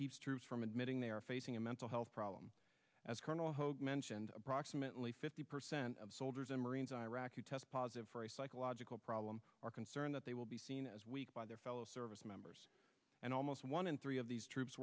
keeps troops from admitting they are facing a mental health problem as colonel mentioned approximately fifty percent of soldiers and marines in iraq who test positive for a psychological problem are concerned that they will be seen as weak by their fellow service members and almost one in three of these troops